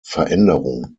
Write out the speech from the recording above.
veränderung